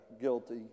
guilty